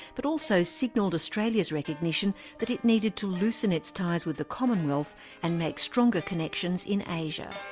but also signalled australia's recognition that it needed to loosen its ties with the commonwealth and make stronger connections in asia.